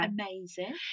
amazing